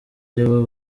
aribo